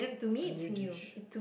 a new dish